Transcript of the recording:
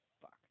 Fuck